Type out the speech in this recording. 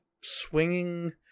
swinging